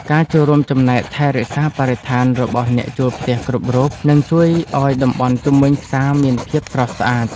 ការចូលរួមចំណែកថែរក្សាបរិស្ថានរបស់អ្នកជួលផ្ទះគ្រប់រូបនឹងជួយឱ្យតំបន់ជុំវិញផ្សារមានភាពស្រស់ស្អាត។